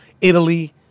Italy